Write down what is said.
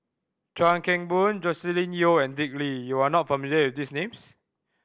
Chuan Keng Boon Joscelin Yeo and Dick Lee you are not familiar with these names